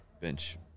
bench